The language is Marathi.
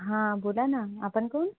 हां बोला ना आपण कोण